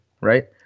right